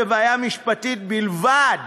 בבעיה משפטית בלבד,